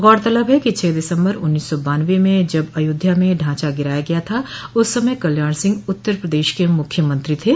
गौरतलब है कि छह दिसम्बर उन्नीस सौ बानवे में जब अयोध्या में ढांचा गिराया गया था उस समय कल्याण सिंह उत्तर प्रदेश के मुख्यमंत्री थे